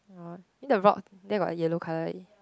orh then the rock there got yellow colour already